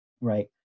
right